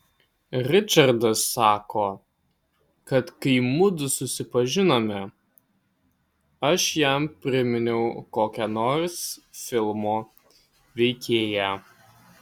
ričardas sako kad kai mudu susipažinome aš jam priminiau kokią nors filmo veikėją